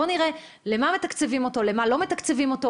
בואו נראה למה מתקצבים אותו,